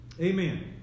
Amen